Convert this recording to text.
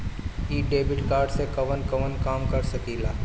इ debit card से कवन कवन काम कर सकिला?